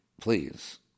please